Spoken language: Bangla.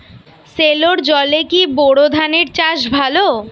সেলোর জলে কি বোর ধানের চাষ ভালো?